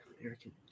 American